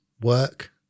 work